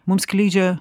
mums skleidžia